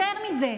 ויותר מזה,